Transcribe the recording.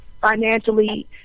financially